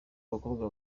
bakobwa